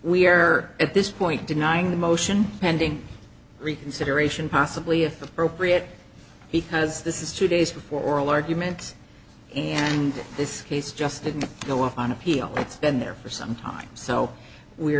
we're at this point denying the motion pending reconsideration possibly if appropriate because this is two days before oral arguments and this case just didn't go up on appeal it's been there for some time so we